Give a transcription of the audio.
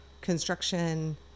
construction